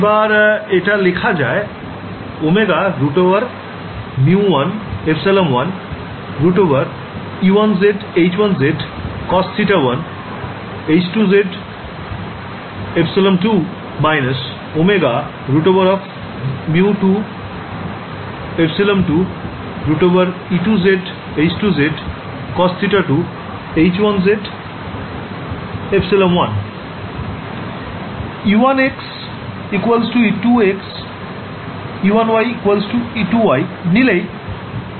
এবার এটা লেখা যায় ω√μ1ε1√e1z h1z cos θ1h2z ε2 − ω√μ2ε2√e2z h2z cos θ2h1z ε1 e1x e2x e1y e2y নিলেই কোণ দুটো এখানে সমান হয়ে যাবে